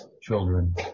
children